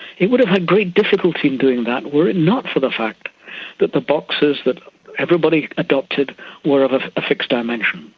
it would have had great difficulty in doing that were it not for the fact that the boxes that everybody adopted where of of a fixed dimensions.